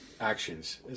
Actions